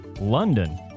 London